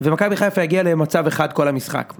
ומכבי חיפה הגיעה למצב אחד כל המשחק